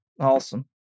Awesome